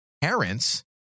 parents